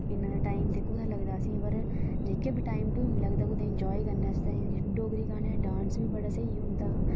सुनने दा टाइम ते कुत्थै लगदा असेंगी पर जेहका बी टाइम लगदा कुतै इंजाय करने आस्तै डोगरी गाने दा डांस बी बड़ा स्हेई होंदा